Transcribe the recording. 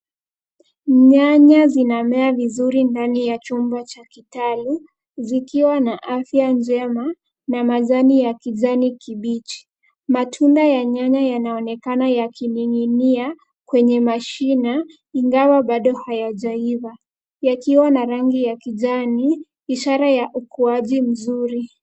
Nyanya zinamea vizuri ndani ya chombo cha kitalu, zikiwa na afya njema na majani ya kijani kibichi. Matunda ya nyanya yanaonekana yakining'inia kwenye mashina, ingawa bado hayajaiva, yakiwa na rangi ya kijani, ishara ya ukuaji mzuri.